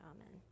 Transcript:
Amen